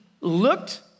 looked